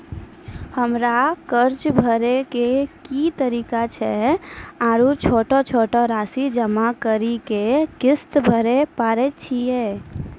हमरा कर्ज भरे के की तरीका छै आरू छोटो छोटो रासि जमा करि के किस्त भरे पारे छियै?